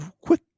quick